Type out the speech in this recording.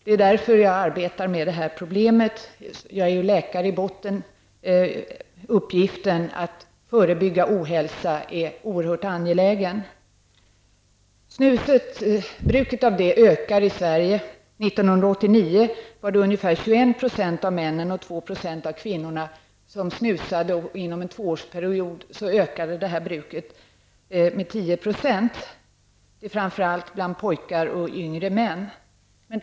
Det är därför som jag arbetar med det här problemet. Jag är ju läkare i botten. Uppgiften att förebygga ohälsa är oerhört angelägen. Bruket av snus ökar i Sverige. År 1989 var det ungefär 21 % av männen och 2 % av kvinnorna som snusade. Inom en tvåårsperiod ökade det här bruket med 10 %-- framför allt bland pojkar och yngre män.